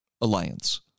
Alliance